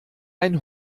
ein